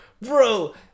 Bro